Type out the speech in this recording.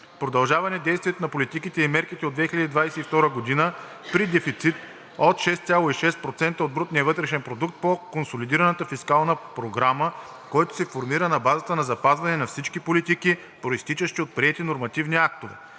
продължаване действието на политиките и мерките от 2022 г. при дефицит от 6,6% от брутния вътрешен продукт по Консолидираната фискална програма, който се формира на базата на запазване на всички политики, произтичащи от приети нормативни актове;